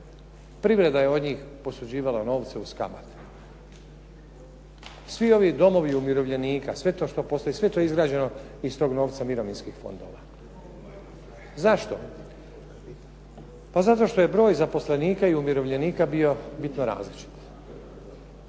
Privreda je od njih posuđivala novce uz kamate. Svi ovi domovi umirovljenika, sve to što postoji sve je to izgrađeno iz tog novca mirovinskih fondova. Zašto? Pa zato što je broj zaposlenika i umirovljenika bio bitno različit.